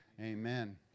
Amen